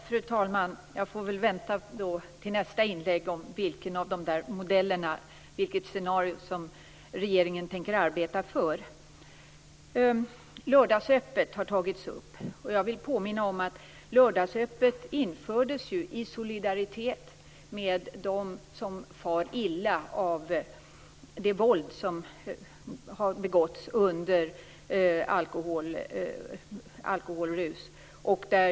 Fru talman! Jag får väl vänta till nästa inlägg på svaret om vilken av de där modellerna och vilket scenario som regeringen tänker arbeta för. Lördagsöppet har tagits upp, och jag vill påminna om att lördagsöppet infördes i solidaritet med dem som far illa av det våld som utövas under alkoholrus.